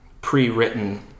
pre-written